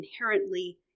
inherently